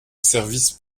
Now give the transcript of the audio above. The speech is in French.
service